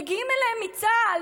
מגיעים אליהם מצה"ל,